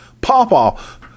Popoff